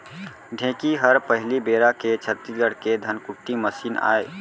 ढेंकी हर पहिली बेरा के छत्तीसगढ़ के धनकुट्टी मसीन आय